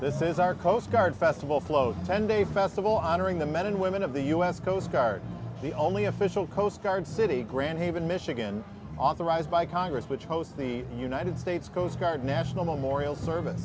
this is our coast guard festival float ten day festival honoring the men and women of the u s coast guard the only official coast guard city grand haven michigan authorized by congress which hosts the united states coast guard national memorial service